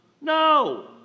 No